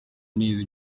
neza